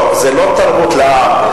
זה לא תרבות לעם,